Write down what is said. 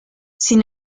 sin